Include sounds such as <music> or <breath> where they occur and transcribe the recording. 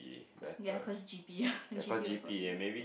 ya cause G_P_A <breath> G_P_A will force you